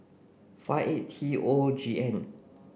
five A T O G N